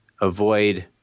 avoid